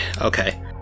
Okay